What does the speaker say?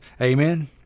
Amen